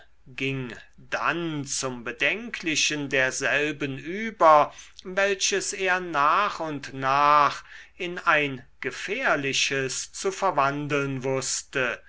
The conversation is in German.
ging dann zum bedenklichen derselben über welches er nach und nach in ein gefährliches zu verwandeln wußte